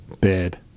bed